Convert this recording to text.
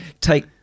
take